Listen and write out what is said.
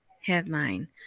headline